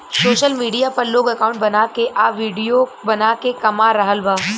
social media पर लोग account बना के आ विडिओ बना के कमा रहल बा